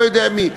לא יודע מי.